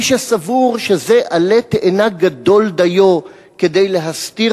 מי שסבור שזה עלה תאנה גדול דיו כדי להסתיר